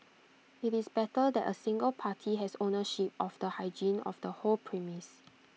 IT is better that A single party has ownership of the hygiene of the whole premise